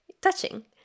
touching